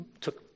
took